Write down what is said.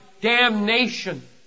damnation